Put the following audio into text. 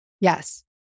Yes